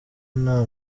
nta